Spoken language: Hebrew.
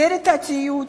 סרט תיעודי